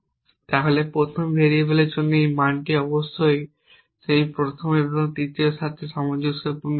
তাহলে প্রথম ভেরিয়েবলের জন্য এই মানটি অবশ্যই সেই প্রথম এবং তৃতীয় মানের সাথে সামঞ্জস্যপূর্ণ হতে হবে